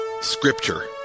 Scripture